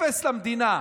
אפס למדינה.